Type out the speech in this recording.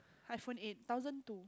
iPhone eight thousand two